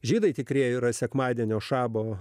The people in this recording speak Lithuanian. žydai tikrieji yra sekmadienio šabo